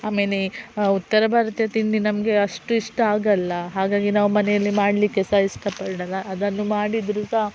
ಆಮೇಲೆ ಉತ್ತರ ಭಾರತ ತಿಂಡಿ ನಮಗೆ ಅಷ್ಟು ಇಷ್ಟ ಆಗೋಲ್ಲ ಹಾಗಾಗಿ ನಾವು ಮನೆಯಲ್ಲಿ ಮಾಡಲಿಕ್ಕೆ ಸಹ ಇಷ್ಟ ಪಡೋಲ್ಲ ಅದನ್ನು ಮಾಡಿದರೂ ಸಹ